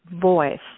voice